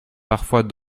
parfois